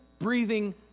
breathing